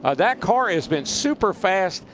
ah that car has been super fast.